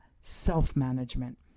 self-management